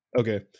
Okay